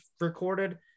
recorded